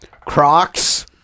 Crocs